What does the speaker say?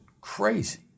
crazy